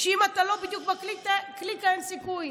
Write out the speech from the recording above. שאם אתה לא בדיוק בקליקה אין סיכוי.